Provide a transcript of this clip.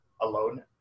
alone